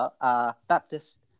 Baptist